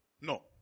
no